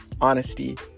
honesty